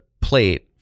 plate